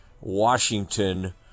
Washington